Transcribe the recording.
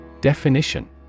Definition